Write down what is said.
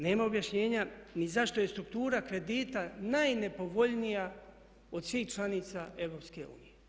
Nema objašnjenja ni zašto je struktura kredita najnepovoljnija od svih članica EU.